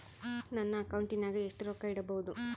ನನ್ನ ಅಕೌಂಟಿನಾಗ ಎಷ್ಟು ರೊಕ್ಕ ಇಡಬಹುದು?